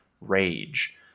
rage